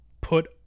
put